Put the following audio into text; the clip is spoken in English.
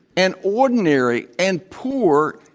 and ordinary, and poor,